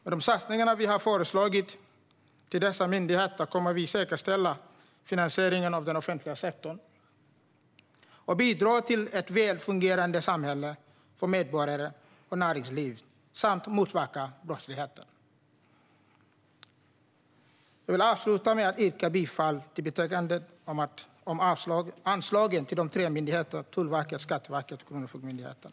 Med de satsningar till dessa myndigheter som vi har föreslagit kommer vi att säkerställa finansieringen av den offentliga sektorn och bidra till ett väl fungerande samhälle för medborgare och näringsliv samt motverka brottslighet. Jag vill avsluta med att yrka bifall till utskottets förslag om anslagen till de tre myndigheterna Tullverket, Skatteverket och Kronofogdemyndigheten.